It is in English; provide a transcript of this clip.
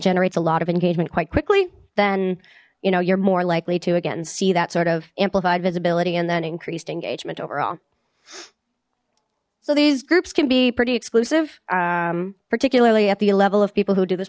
generates a lot of engagement quite quickly then you know you're more likely to again see that sort of amplified visibility and then increased engagement overall so these groups can be pretty exclusive particularly at the level of people who do this